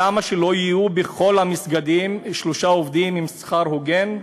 למה שלא יהיו בכל המסגדים שלושה עובדים בשכר הוגן?